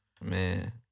man